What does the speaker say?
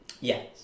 Yes